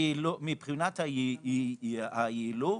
מבחינת היעילות,